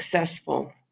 successful